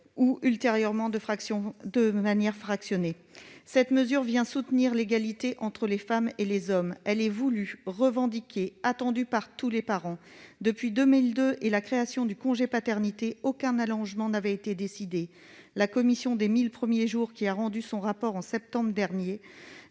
ou ultérieurement, de manière fractionnée. Cette mesure vient soutenir l'égalité entre les femmes et les hommes. Elle est voulue, revendiquée, attendue par tous les parents. Depuis la création du congé de paternité, en 2002, aucun allongement n'avait été décidé. La commission des 1 000 premiers jours, qui a rendu son rapport en septembre dernier,